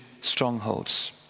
strongholds